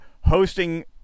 hosting –